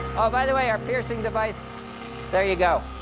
oh, by the way, our piercing device there you go.